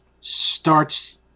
starts